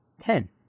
ten